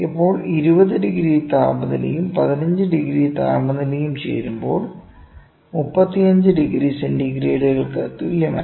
ഇപ്പോൾ 20 ഡിഗ്രി താപനിലയും 15 ഡിഗ്രി താപനിലയും ചേരുമ്പോൾ 35 ഡിഗ്രി സെന്റിഗ്രേഡുകൾക്ക് തുല്യമല്ല